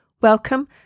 welcome